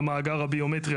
טיפול במומחים,